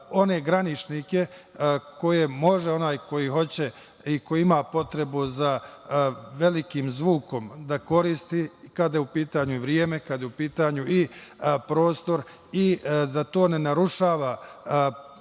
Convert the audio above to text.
one graničnike koje može onaj koji hoće i koji ima potrebu za velikim zvukom da koristi kada je u pitanju vreme, kada je u pitanju prostor i da to ne narušava ni